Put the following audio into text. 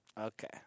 Okay